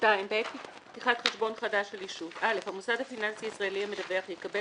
"(2) בעת פתיחת חשבון חדש של ישות המוסד הפיננסי הישראלי המדווח יקבל